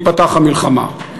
תיפתח המלחמה.